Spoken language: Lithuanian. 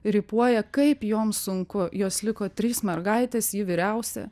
rypuoja kaip joms sunku jos liko trys mergaitės ji vyriausia